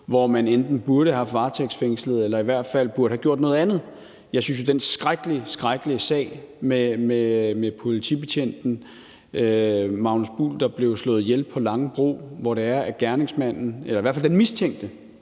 hvor man enten burde have varetægtsfængslet eller i hvert fald burde have gjort noget andet. Jeg synes jo, at den skrækkelige sag med politibetjenten Magnus Buhl Hansen, der blev slået ihjel på Langebro, og hvor den mistænkte